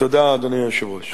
תודה, אדוני היושב-ראש.